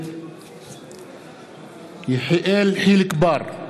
נגד יחיאל חיליק בר,